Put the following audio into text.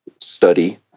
study